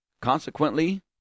Consequently